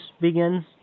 begins